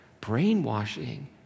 brainwashing